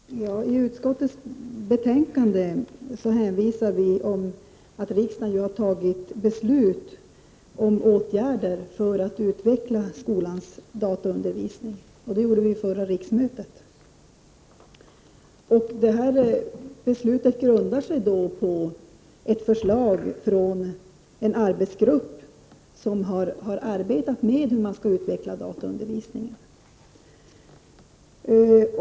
Herr talman! I utskottets betänkande hänvisar vi till att riksdagen har tagit beslut om åtgärder för att utveckla skolans dataundervisning — det gjorde vi under förra riksmötet. Beslutet grundar sig på ett förslag från en arbetsgrupp som har arbetat med hur man skall utveckla dataundervisningen.